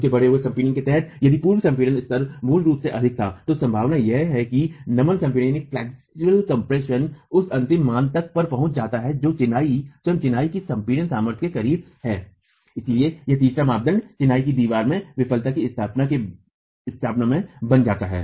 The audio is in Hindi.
उनके बढ़े हुए संपीड़न के तहत यदि पूर्व संपीड़न स्तर मूल रूप से अधिक था तो संभावना यह है कि नमन संपीड़न उस अंतिम मान पर पहुच जाता है जो स्वयं चिनाई की संपीडन सामर्थ्य के करीब है इसलिए यह तीसरा मानदंड चिनाई की दीवार में विफलता की स्थापना में बन जाता है